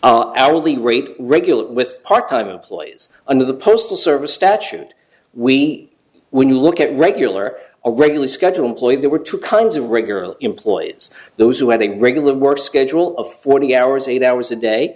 only rate regular with part time employees under the postal service statute we when you look at regular a regular schedule employed there were two kinds of regular employees those who had a regular work schedule of twenty hours eight hours a day